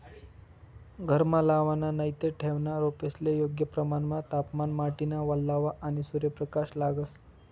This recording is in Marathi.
घरमा लावाना नैते ठेवना रोपेस्ले योग्य प्रमाणमा तापमान, माटीना वल्लावा, आणि सूर्यप्रकाश लागस